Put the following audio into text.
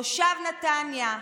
תושב נתניה,